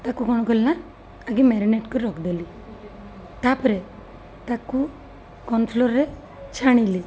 ତାକୁ କ'ଣ କଲିନା ଆଗେ ମ୍ୟାରିନେଟ୍ କରି ରଖିଦେଲି ତା'ପରେ ତାକୁ କନଫ୍ଲୋର୍ରେ ଛାଣିଲି